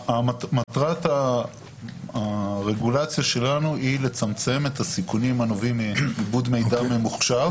מטרת הרגולציה שלנו היא לצמצם את הסיכונים הנובעים מעיבוד מידע ממוחשב,